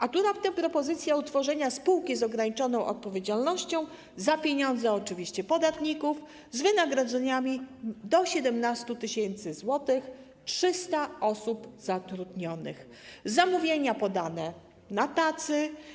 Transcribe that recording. A tu raptem propozycja utworzenia spółki z ograniczoną odpowiedzialnością za pieniądze oczywiście podatników z wynagrodzeniami do 17 tys. zł, 300 osób zatrudnionych, zamówienia podane na tacy.